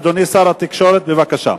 אדוני שר התקשורת, בבקשה.